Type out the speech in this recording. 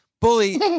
Bully